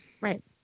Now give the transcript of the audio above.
Right